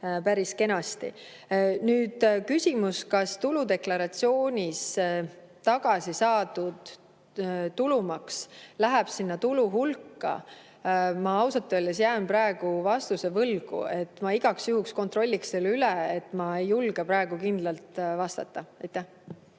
päris kenasti. Kas tuludeklaratsiooni alusel tagasi saadud tulumaks läheb sinna tulu hulka? Ma ausalt öeldes jään praegu vastuse võlgu. Ma igaks juhuks kontrolliks selle üle, ma ei julge praegu kindlalt vastata. Nüüd